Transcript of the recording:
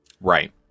Right